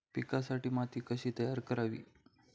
पिकांसाठी माती कशी तयार करावी?